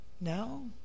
no